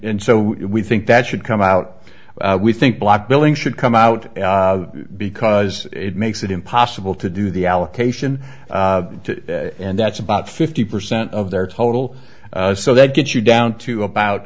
and so we think that should come out we think block billing should come out because it makes it impossible to do the allocation and that's about fifty percent of their total so that gets you down to about